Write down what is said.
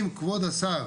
אם כבוד השר